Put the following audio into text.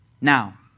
Now